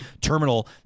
terminal